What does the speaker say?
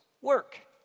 work